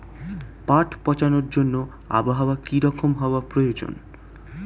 পাট পচানোর জন্য আবহাওয়া কী রকম হওয়ার প্রয়োজন?